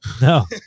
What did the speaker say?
No